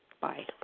Bye